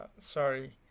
sorry